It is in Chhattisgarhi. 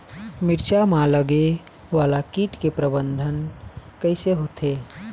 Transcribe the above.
मिरचा मा लगे वाला कीट के प्रबंधन कइसे होथे?